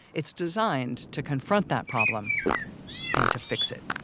it's designed to confront that problem and to fix it